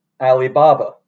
Alibaba